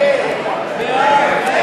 משרד הרווחה,